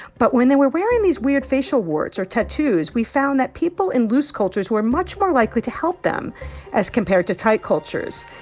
but when they were wearing these weird facial warts or tattoos, we found that people in loose cultures were much more likely to help them as compared to tight cultures.